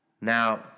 Now